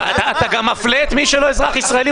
אתה גם מפלה את מי שלא אזרח ישראלי,